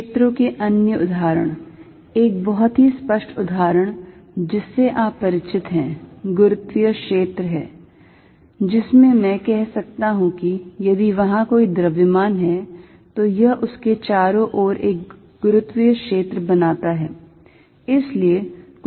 क्षेत्रों के अन्य उदाहरण एक बहुत ही स्पष्ट उदाहरण जिससे आप परिचित हैं गुरुत्वीय क्षेत्र हैजिसमें मैं कह सकता हूं कि यदि वहां कोई द्रव्यमान है तो यह उसके चारों ओर एक गुरुत्वीय क्षेत्र बनाता है